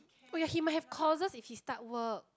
oh ya he might have courses if he start work